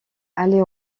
aller